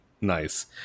Nice